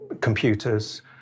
computers